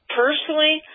personally